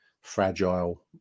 fragile